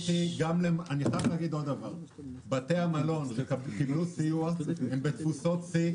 אני חייב להגיד עוד דבר: בתי המלון שקיבלו סיוע הם בתפוסות שיא.